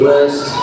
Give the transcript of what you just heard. West